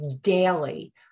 daily